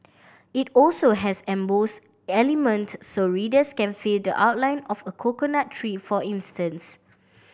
it also has emboss element so readers can feeled outline of a coconut tree for instance